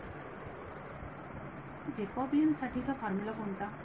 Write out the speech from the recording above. विद्यार्थी sir Jacobian साठी चा फॉर्मुला कोणता